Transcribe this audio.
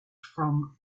from